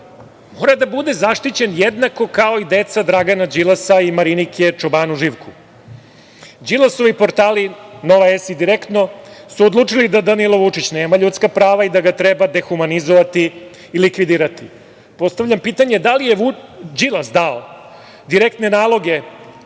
mora da bude zaštićen jednako kao i deca Dragana Đilasa i Marinike Čobanu Živku. Đilasovi portali "Nova S" i "Direktno" su odlučili da Danilo Vučić nema ljudska prava i da ga treba dehumanizovati i likvidirati. Postavljam pitanje - da li je Đilas dao direktne naloge